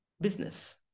business